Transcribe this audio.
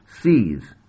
sees